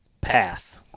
path